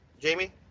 Jamie